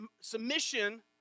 submission